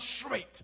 straight